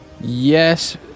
Yes